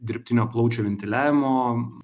dirbtinio plaučių ventiliavimo